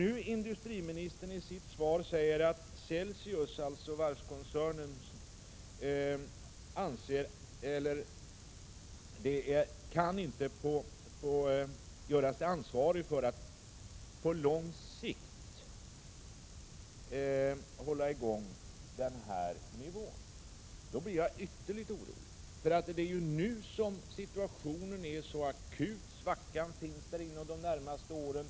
När industriministern i sitt svar nu säger att varvskoncernen Celsius inte kan göras ansvarig för att på längre sikt hålla denna nivå, blir jag ytterligt orolig. Det är nu som situationen är så akut. Svackan kommer att finnas där inom de närmaste åren.